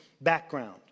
background